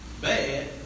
bad